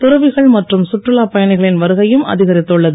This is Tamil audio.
துறவிகள் மற்றும் சுற்றுலா பயணிகளின் வருகையும் அதிகரித்துள்ளது